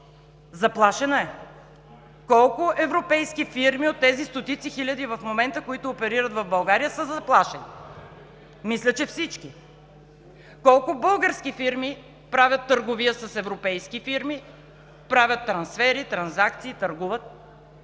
Заплашена е! Колко европейски фирми от тези стотици хиляди, които в момента оперират в България, са заплашени? Мисля, че всички. Колко български фирми правят търговия с европейски фирми, правят трансфери, трансакции, търгуват?